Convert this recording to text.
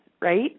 right